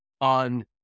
on